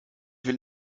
will